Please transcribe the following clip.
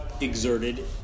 exerted